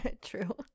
True